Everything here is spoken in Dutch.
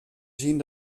zien